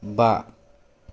बा